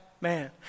man